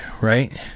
right